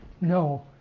No